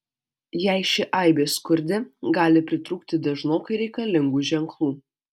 jei ši aibė skurdi gali pritrūkti dažnokai reikalingų ženklų